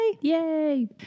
Yay